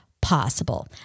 possible